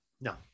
No